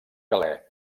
galè